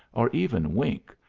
or even wink,